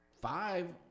five